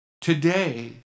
today